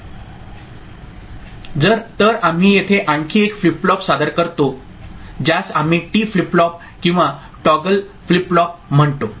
𝑄𝑄𝑛𝑛1𝐷𝐷 तर आम्ही येथे आणखी एक फ्लिप फ्लॉप सादर करतो ज्यास आम्ही टी फ्लिप फ्लॉप किंवा टॉगल फ्लिप फ्लॉप म्हणतो